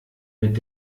mit